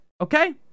okay